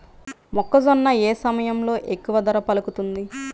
మొక్కజొన్న ఏ సమయంలో ఎక్కువ ధర పలుకుతుంది?